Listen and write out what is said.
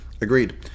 Agreed